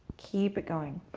keep it going.